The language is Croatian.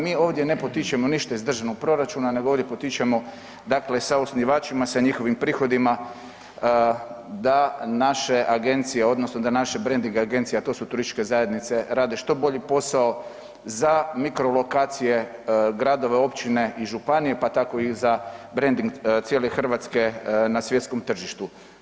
Mi ovdje ne potičemo ništa iz državnog proračuna nego ovdje potičemo, dakle sa osnivačima, sa njihovim prihodima da naše agencije odnosno da naše brending agencije, a to su turističke zajednice rade što bolji posao za mikro lokacije, gradove, općine i županije, pa tako i za brending cijele Hrvatske na svjetskom tržištu.